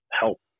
help